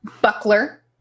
buckler